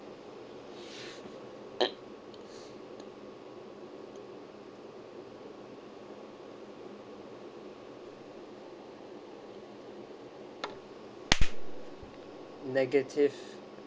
negative